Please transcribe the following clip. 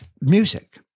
music